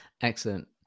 Excellent